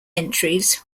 entries